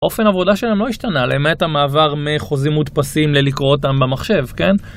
אופן עבודה שלהם לא השתנה, למעט המעבר מחוזים מודפסים ללקרוא אותם במחשב, כן?